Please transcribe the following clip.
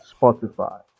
Spotify